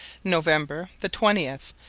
november the twentieth,